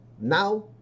now